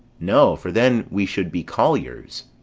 no, for then we should be colliers.